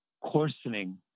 coarsening